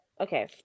Okay